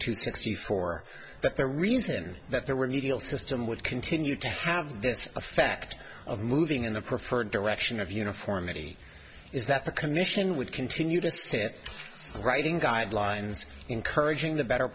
two sixty four that the reason that there were legal system would continue to have this effect of moving in the preferred direction of uniformity is that the commission would continue to sit writing guidelines encouraging the better